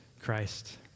Christ